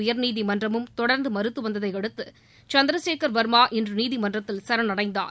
உயர்நீதிமன்றமும் தொடர்ந்து மறுத்து வந்ததையடுத்து சந்திரசேகர் வர்மா இன்று நீதிமன்றத்தில் சரணடைந்தார்